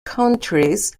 countries